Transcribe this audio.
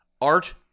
art